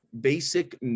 basic